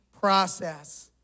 process